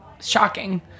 shocking